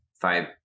five